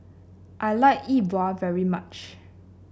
I like Yi Bua very much